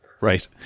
Right